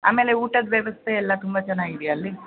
ಆಮೇಲೆ ಊಟದ ವ್ಯವಸ್ಥೆ ಎಲ್ಲ ತುಂಬ ಚೆನ್ನಾಗಿದೆಯಾ ಅಲ್ಲಿ